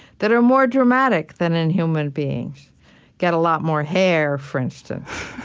that are more dramatic than in human beings get a lot more hair, for instance